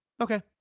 Okay